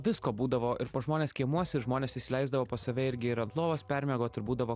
visko būdavo ir pas žmones kiemuose ir žmonės įsileisdavo pas save irgi ir ant lovos permiegot ir būdavo